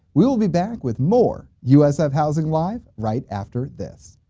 we will be back with more usf housing live! right after this!